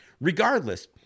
regardless